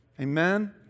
Amen